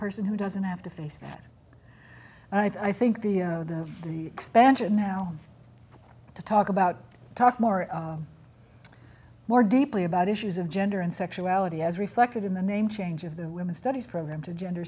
person who doesn't have to face that and i think the expansion now to talk about talk more more deeply about issues of gender and sexuality as reflected in the name change of the women's studies program to gender